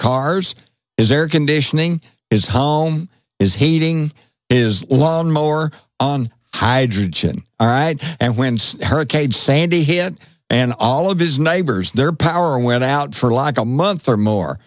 cars is air conditioning his home is heating is lawn mower hydrogen and winds hurricane sandy hit and all of his neighbors their power went out for like a month or more